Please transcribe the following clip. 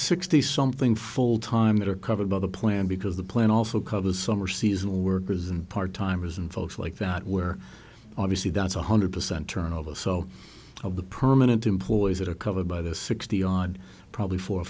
sixty something full time that are covered by the plan because the plan also covers some or seasonal workers and part timers and folks like that where obviously that's one hundred percent turnover so of the permanent employees that are covered by the sixty odd probably four or